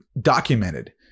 documented